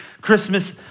Christmas